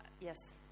yes